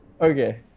Okay